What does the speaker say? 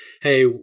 hey